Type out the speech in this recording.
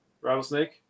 rattlesnake